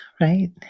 right